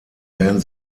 werden